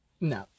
No